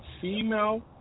female